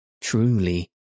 Truly